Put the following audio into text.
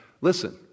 Listen